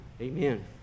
Amen